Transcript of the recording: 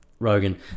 Rogan